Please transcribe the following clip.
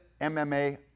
MMA